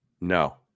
No